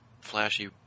flashy